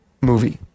movie